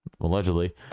allegedly